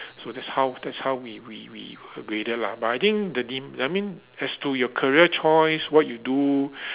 so that's how that's how we we we were graded lah but I think the dean I mean as to your career choice what you do